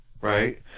right